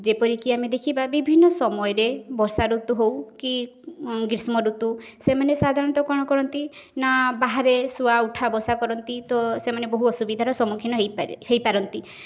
ଯେପରିକି ଆମେ ଦେଖିବା ବିଭିନ୍ନ ସମୟରେ ବର୍ଷାଋତୁ ହେଉ କି ଗ୍ରୀଷ୍ମଋତୁ ସେମାନେ ସାଧାରଣତଃ କ'ଣ କରନ୍ତି ନା ବାହାରେ ଶୁଆ ଉଠା ବସା କରନ୍ତି ତ ସେମାନେ ବହୁ ଅସୁବିଧାର ସମ୍ମୁଖୀନ ହୋଇ ପାରେ ହୋଇ ପାରନ୍ତି